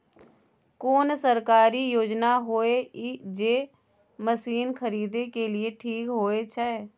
कोन सरकारी योजना होय इ जे मसीन खरीदे के लिए ठीक होय छै?